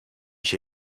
się